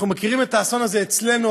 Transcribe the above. אנחנו מכירים את האסון הזה אצלנו,